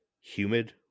humid